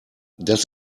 das